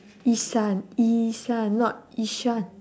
yee-shan yee-shan not ishan